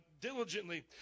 diligently